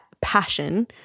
passion